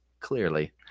clearly